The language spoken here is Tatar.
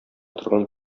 торган